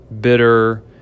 bitter